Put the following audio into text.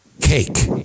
Cake